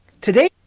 Today